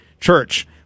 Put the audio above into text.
church